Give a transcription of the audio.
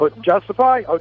Justify